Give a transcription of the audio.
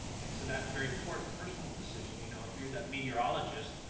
and so that very important personal decision, you know, if you're that meteorologist,